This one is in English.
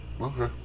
Okay